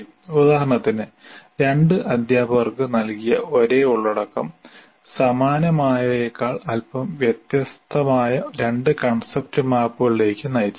ഉദാഹരണത്തിന് 2 അധ്യാപകർക്ക് നൽകിയ ഒരേ ഉള്ളടക്കം സമാനമായവയേക്കാൾ അല്പം വ്യത്യസ്തമായ 2 കൺസെപ്റ്റ് മാപ്പുകളിലേക്ക് നയിച്ചേക്കാം